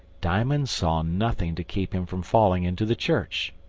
diamond saw nothing to keep him from falling into the church.